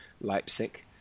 Leipzig